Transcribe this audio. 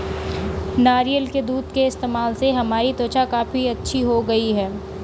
नारियल के दूध के इस्तेमाल से हमारी त्वचा काफी अच्छी हो गई है